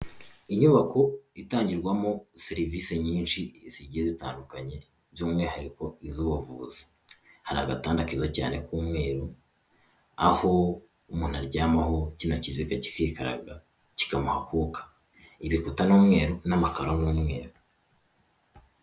Inyubako itangirwamo serivise nyinshi zigiye zitandukanye by'umwihariko iz'ubuvuzi. Hari agatanda keza cyane k'umweru aho umuntu aryamaho kina kiziga kikikaraga kikamuha akuka. Ibikuta ni umweru n'amakaro ni umweru.